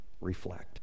reflect